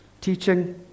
teaching